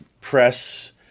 press